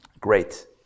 Great